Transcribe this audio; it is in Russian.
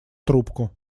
трубку